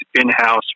in-house